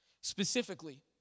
specifically